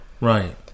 right